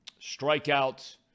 strikeouts